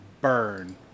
burn